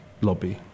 lobby